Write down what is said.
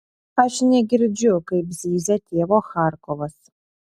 aš negirdžiu kaip zyzia tėvo charkovas